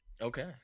okay